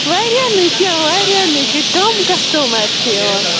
واریاہ نہٕ کیٚنٛہہ واریاہ نہٕ کیٚںٛہہ کَم کَسٹمَر چھِ یِوان